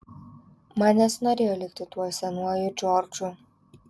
man nesinorėjo likti tuo senuoju džordžu